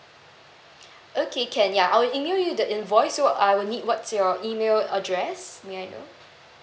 okay can ya I'll email you the invoice so I will need what's your email address may I know